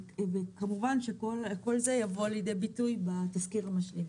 כמובן שכל זה יבוא לידי ביטוי בתזכיר המשלים.